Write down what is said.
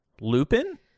Lupin